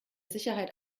sicherheit